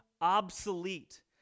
obsolete